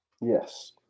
Yes